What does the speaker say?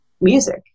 music